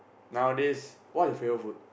nowadays what's your favourite food